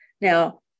Now